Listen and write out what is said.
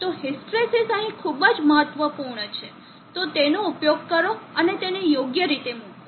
તો હિસ્ટ્રેસિસ અહીં ખૂબ જ મહત્વપૂર્ણ છે તો તેનો ઉપયોગ કરો અને તેને યોગ્ય રીતે મૂકો